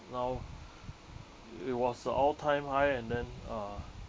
now it was a all time high and then uh